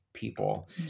People